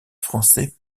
français